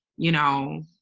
you know,